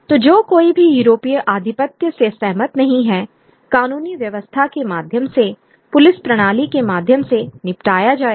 तो जो कोई भी यूरोपीय आधिपत्य से सहमत नहीं है कानूनी व्यवस्था के माध्यम सेपुलिस प्रणाली के माध्यम से निपटाया जाएगा